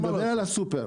אני מדבר על הסופר.